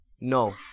no